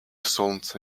солнца